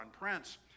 Prince